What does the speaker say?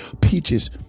Peaches